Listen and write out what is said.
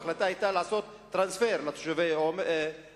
ההחלטה היתה לעשות טרנספר לתושבי תראבין-אלסאנע,